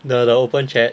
the the open chat